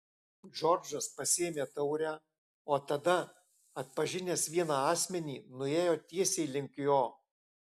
džordžas pasiėmė taurę o tada atpažinęs vieną asmenį nuėjo tiesiai link jo